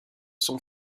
son